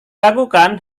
lakukan